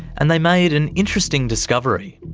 and they made an interesting discovery.